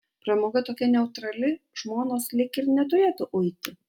pramoga tokia neutrali žmonos lyg ir neturėtų uiti